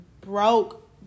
broke